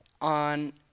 On